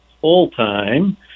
full-time